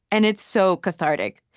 and it's so cathartic.